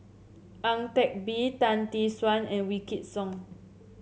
Ang Teck Bee Tan Tee Suan and Wykidd Song